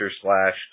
slash